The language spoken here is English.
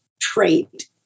trait